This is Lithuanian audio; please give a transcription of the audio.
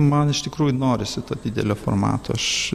man iš tikrųjų norisi to didelio formato aš